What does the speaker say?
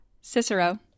Cicero